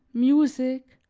music,